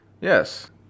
Yes